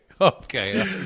Okay